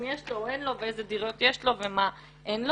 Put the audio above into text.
יש לו או אין לו ואיזה דירות יש לו ומה אין לו.